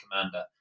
commander